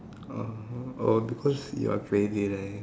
oh because you are crazy right